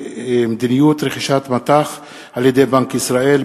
מדיניות רכישת מט"ח על-ידי בנק ישראל,